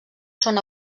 són